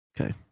Okay